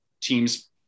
teams